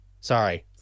sorry